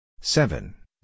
Seven